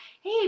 hey